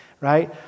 right